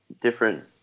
different